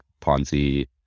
Ponzi